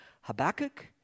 Habakkuk